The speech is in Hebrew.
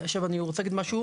אני רוצה להגיד משהו